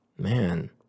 man